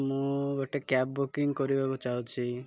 ମୁଁ ଗୋଟେ cab booking କରିବାକୁ ଚାହୁଁଛିି